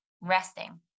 resting